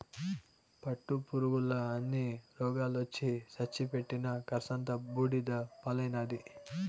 పట్టుపురుగుల అన్ని రోగాలొచ్చి సచ్చి పెట్టిన కర్సంతా బూడిద పాలైనాది